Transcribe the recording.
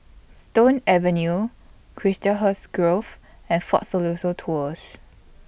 Stone Avenue Chiselhurst Grove and Fort Siloso Tours